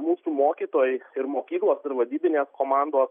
mūsų mokytojai ir mokyklos ir vadybinės komandos